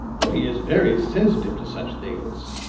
for he is very sensitive to such things.